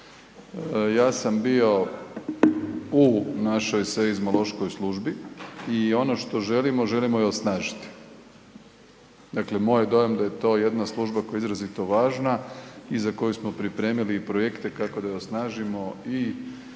ja sam bio u našoj Seizmološkoj službi i ono što želimo, želimo ju osnažiti. Dakle, moj dojam da je to jedna služba koja je izrazito važna i za koju smo pripremili projekte kako da je osnažimo i financijski